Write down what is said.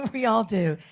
we all do.